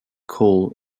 coal